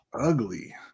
ugly